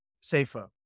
safer